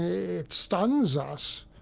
it stuns us.